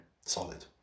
Solid